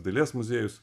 dailės muziejus